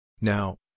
Now